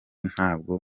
ntabwo